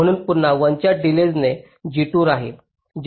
म्हणून पुन्हा 1 च्या डिलेजने G2 राहील